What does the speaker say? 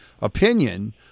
opinion